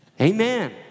Amen